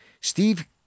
Steve